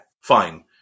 fine